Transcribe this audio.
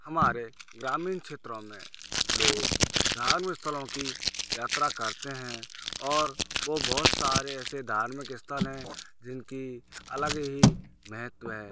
हमारे ग्रामीण क्षेत्रों में लोग धार्मिक स्थलों की यात्रा करते हैं और वह बहुत सारे ऐसे धार्मिक स्थल हैं जिनकी अलग ही महत्व है